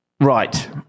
right